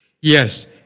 Yes